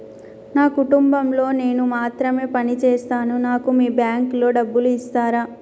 నా కుటుంబం లో నేను మాత్రమే పని చేస్తాను నాకు మీ బ్యాంకు లో డబ్బులు ఇస్తరా?